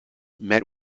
met